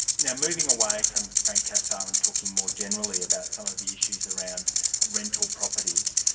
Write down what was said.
now, moving away from frank cassar and talking more generally about some of the issues around rental properties,